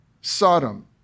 Sodom